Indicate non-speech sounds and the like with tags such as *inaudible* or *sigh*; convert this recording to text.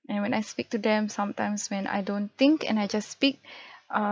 and when I speak to them sometimes when I don't think and I just speak *breath* err